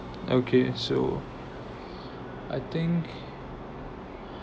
okay so I think